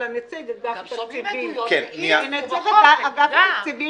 אי העברת כספים מהשלטון המרכזי לשלטון